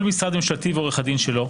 כל משרד ממשלתי ועורך הדין שלו.